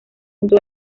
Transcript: punto